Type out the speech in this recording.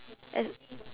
as